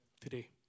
today